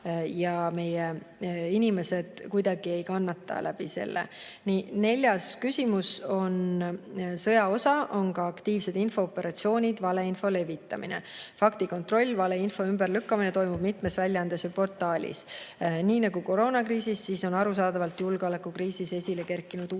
ja meie oma inimesed kuidagi ei kannataks selle läbi. Neljas küsimus: "Sõja osa on ka aktiivsed infooperatsioonid ja valeinfo levitamine. Faktikontroll ja valeinfo ümberlükkamine toimub mitmes väljaandes ja portaalis. Nii nagu koroonakriisis, siis on arusaadavalt julgeolekukriisis esile kerkinud uued